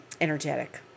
energetic